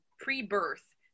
pre-birth